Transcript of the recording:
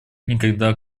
никогда